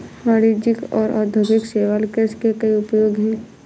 वाणिज्यिक और औद्योगिक शैवाल कृषि के कई उपयोग हैं